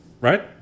right